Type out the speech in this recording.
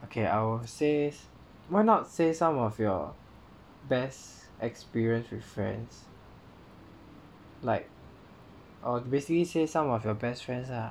okay I'll says why not say some of your best experience with friends like and basically say some of your best friends lah